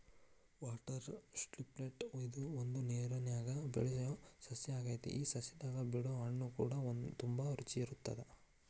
water chestnut ಇದು ಒಂದು ನೇರನ್ಯಾಗ ಬೆಳಿಯೊ ಸಸ್ಯ ಆಗೆತಿ ಈ ಸಸ್ಯದಾಗ ಬಿಡೊ ಹಣ್ಣುಕೂಡ ತುಂಬಾ ರುಚಿ ಇರತ್ತದ